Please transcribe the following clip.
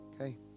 okay